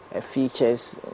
features